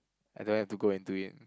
I don't have to go into it